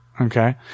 Okay